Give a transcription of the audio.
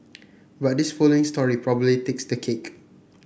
but this following story probably takes the cake